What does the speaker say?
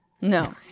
No